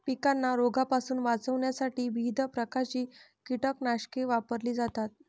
पिकांना रोगांपासून वाचवण्यासाठी विविध प्रकारची कीटकनाशके वापरली जातात